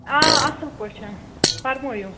آ اَصٕل پٲٹھۍ فرمٲوِو